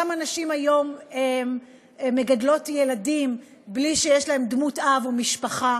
כמה נשים היום מגדלות ילדים בלי שיש להם דמות אב או משפחה.